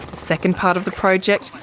second part of the project,